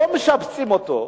לא משפצים אותו.